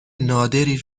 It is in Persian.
نادری